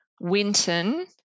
Winton